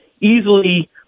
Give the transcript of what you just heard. easily